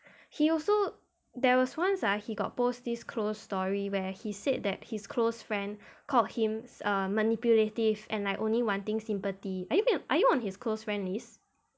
he also there was once ah he got post this closed story where he said that his close friend called him err manipulative and only wanting sympathy are you are you on his close friend list